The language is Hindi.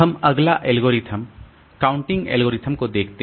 हम अगला एल्गोरिथ्म गणना एल्गोरिथ्म को देखते हैं